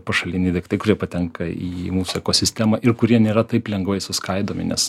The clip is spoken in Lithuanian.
pašaliniai daiktai kurie patenka į mūsų ekosistemą ir kurie nėra taip lengvai suskaidomi nes